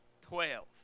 Twelve